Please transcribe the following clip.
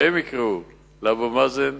ושהם יקראו לאבו מאזן